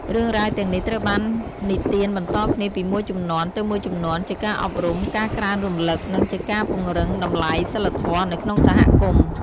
រឿងរ៉ាវទាំងនេះត្រូវបាននិទានបន្តគ្នាពីមួយជំនាន់ទៅមួយជំនាន់ ជាការអប់រំ ការក្រើនរំលឹក និងជាការពង្រឹងតម្លៃសីលធម៌នៅក្នុងសហគមន៍។